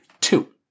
two